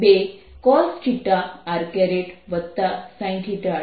તેથી B 0R4ωσ3 2cosθrsinθ r3 છે